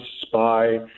spy